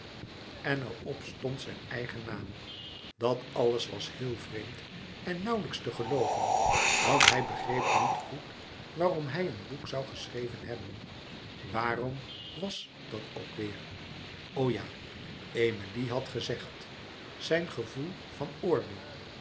en er op stond zijn eigen naam dat alles was heel vreemd en nauwlijks te gelooven want hij begreep niet goed waarom hij een boek zoû geschreven hebben waarom was dat ook weêr louis couperus metamorfoze o ja emilie had gezegd zijn gevoel van orde